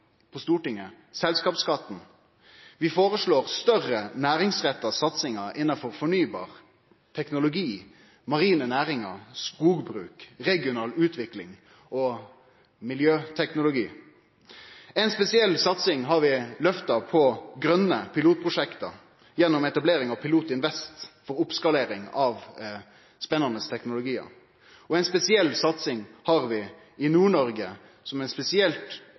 på Stortinget, selskapsskatten. Vi foreslår større næringsretta satsingar innanfor fornybar teknologi, marine næringar, skogbruk, regional utvikling og miljøteknologi. Ei spesiell satsing har vi løfta på grøne pilotprosjekt gjennom etablering av Pilotinvest for oppskalering av spennande teknologiar. Og ei spesiell satsing har vi i Nord-Noreg, som er ein spesielt spennande region, men som er spesielt